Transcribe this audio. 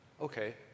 okay